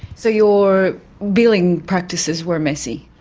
so your billing practices were messy?